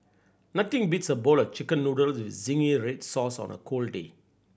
nothing beats a bowl of Chicken Noodles with zingy red sauce on a cold day